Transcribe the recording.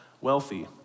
wealthy